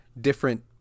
different